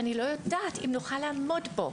אבל אני לא יודעת אם נוכל לעמוד בו.